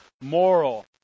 moral